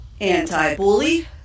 anti-bully